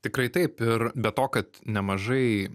tikrai taip ir be to kad nemažai